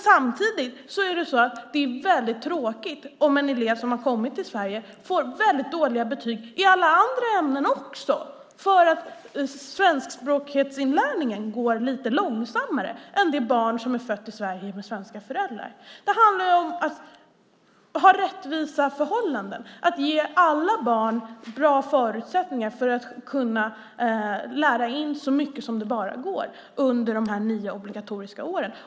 Samtidigt är det väldigt tråkigt om en elev som har kommit till Sverige får väldigt dåliga betyg i alla andra ämnen också bara för att svenskinlärningen går lite långsammare. Det handlar om att skapa rättvisa förhållanden och ge alla barn förutsättningar att lära in så mycket det bara går under de nio obligatoriska åren.